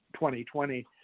2020